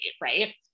right